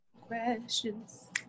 Questions